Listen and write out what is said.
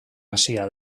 hasia